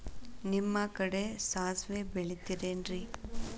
ನಿಮ್ಮ ಕಡೆ ಸಾಸ್ವಿ ಬೆಳಿತಿರೆನ್ರಿ?